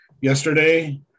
yesterday